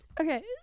okay